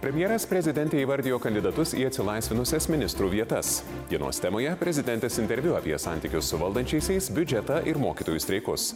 premjeras prezidentei įvardijo kandidatus į atsilaisvinusias ministrų vietas dienos temoje prezidentės interviu apie santykius su valdančiaisiais biudžetą ir mokytojų streikus